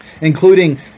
Including